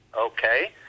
Okay